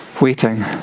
waiting